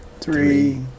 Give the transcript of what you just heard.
three